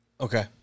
Okay